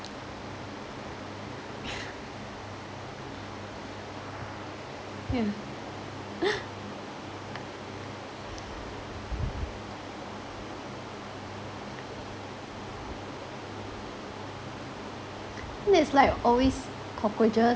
!eww! there is like always cockroaches